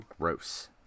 Gross